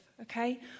okay